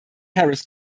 harris